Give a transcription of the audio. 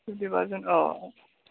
fifty percent औ